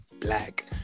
black